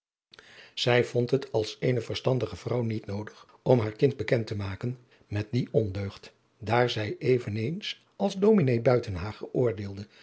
zij vond het als eene verstandige vrouw niet noodig om haar kind bekend te maken met die ondeugd daar zij eveneens als ds buitenhagen oordeelde